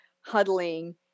huddling